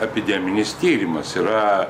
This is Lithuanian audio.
epideminis tyrimas yra